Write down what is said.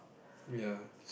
ya